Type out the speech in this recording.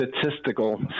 statistical